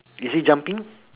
is he jumping